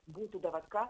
būti davatka